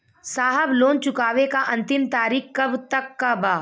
साहब लोन चुकावे क अंतिम तारीख कब तक बा?